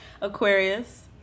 Aquarius